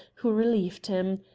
who relieved him.